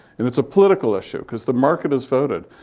and it's a political issue, because the market has voted.